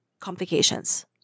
complications